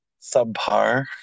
subpar